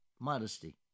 modesty